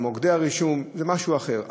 מוקדי הרישום זה משהו אחר,